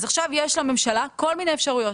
אז עכשיו יש לממשלה כל מיני אפשרויות,